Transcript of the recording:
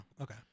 Okay